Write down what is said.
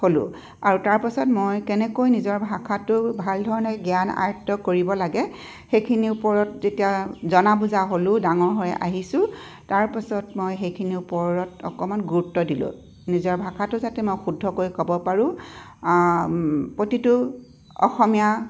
হ'লোঁ আৰু তাৰপাছত মই কেনেকৈ নিজৰ ভাষাটো ভাল ধৰণে জ্ঞান আয়ত্ব কৰিব লাগে সেইখিনিৰ ওপৰত যেতিয়া জনা বুজা হ'লোঁ ডাঙৰ হৈ আহিছোঁ তাৰপাছত মই সেইখিনি ওপৰত অকণমান গুৰুত্ব দিলোঁ নিজৰ ভাষাটো যাতে মই শুদ্ধকৈ ক'ব পাৰোঁ প্ৰতিটো অসমীয়া